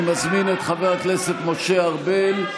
אני מזמין את חבר הכנסת משה ארבל.